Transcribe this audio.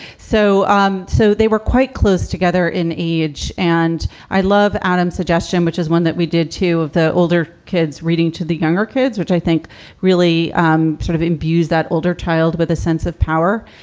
so um so they were quite close together in age. and i love adam suggestion, which is one that we did, two of the older kids reading to the younger kids, which i think really um sort of imbues that older child with a sense of power.